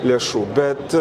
lėšų bet